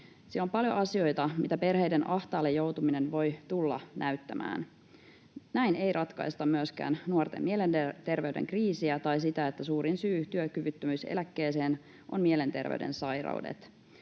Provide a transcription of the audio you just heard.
Siellä on paljon asioita, miltä perheiden ahtaalle joutuminen voi tulla näyttämään. Näin ei ratkaista myöskään nuorten mielenterveyden kriisiä tai sitä, että suurin syy työkyvyttömyyseläkkeeseen on mielenterveyden sairaudet.